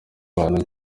bantu